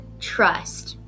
trust